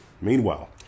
meanwhile